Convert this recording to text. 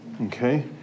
okay